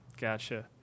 gotcha